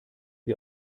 wie